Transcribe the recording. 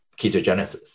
ketogenesis